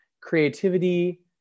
creativity